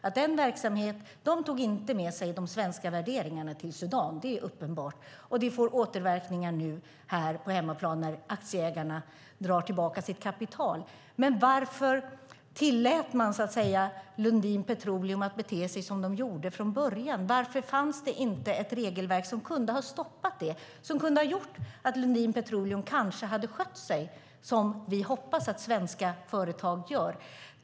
Det är uppenbart att de inte tog med sig de svenska värderingarna till Sudan, och det får nu återverkningar här på hemmaplan när aktieägarna drar tillbaka sitt kapital. Men varför tillät man Lundin Petroleum att bete sig som de gjorde från början? Varför fanns det inte ett regelverk som kunde ha stoppat det, som kunde ha gjort att Lundin Petroleum hade skött sig på det sätt som vi hoppas att svenska företag gör?